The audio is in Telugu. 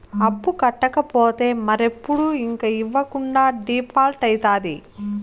అప్పు కట్టకపోతే మరెప్పుడు ఇంక ఇవ్వకుండా డీపాల్ట్అయితాది